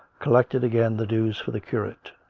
collected again the dues for the curate.